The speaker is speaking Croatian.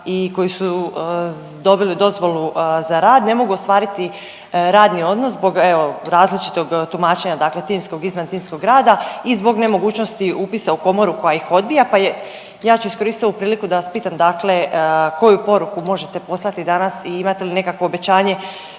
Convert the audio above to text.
i koji su dobili dozvolu za rad, ne mogu ostvariti radni odnos, zbog evo, različitog tumačenja, dakle timskog i izvantimskog rada i zbog nemogućnosti upisa u Komoru koja ih odbija pa je, ja ću iskoristit ovu priliku da vas pitam, dakle, koju poruku možete poslati danas i imate li nekakvo obećanje